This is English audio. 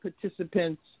participants